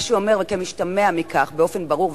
מה שמשתמע מכך, באופן ברור וחד,